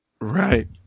Right